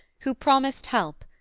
who promised help,